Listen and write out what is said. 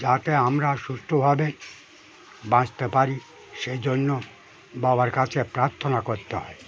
যাতে আমরা সুস্থভাবে বাঁচতে পারি সেই জন্য বাবার কাছে প্রার্থনা করতে হয়